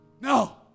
no